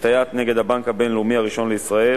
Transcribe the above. ציטיאט נ' הבנק הבינלאומי הראשון לישראל,